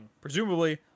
Presumably